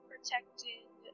Protected